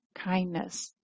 Kindness